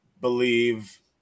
believe